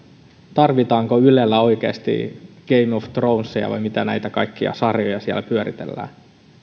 tarvitaanko ylellä oikeasti game of throneseja vai mitä näitä kaikkia sarjoja siellä pyöritellään